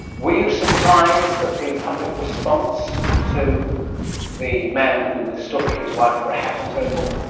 were you surprised at the public response to the man who mistook his wife for a hat and so forth?